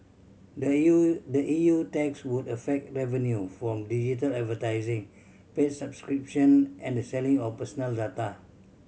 the E U the E U tax would affect revenue from digital advertising paid subscription and the selling of personal data